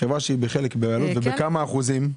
חברה שהיא בחלק בעלות ובכמה אחוזים?